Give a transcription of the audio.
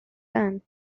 done